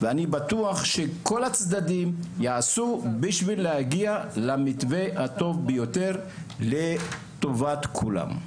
ואני בטוח שכל הצדדים יעשו בשביל להגיע למתווה הטוב ביותר לטובת כולם.